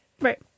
Right